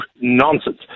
nonsense